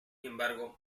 embargo